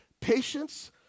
Patience